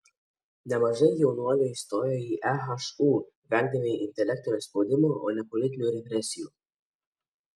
nemažai jaunuolių įstojo į ehu vengdami intelektinio spaudimo o ne politinių represijų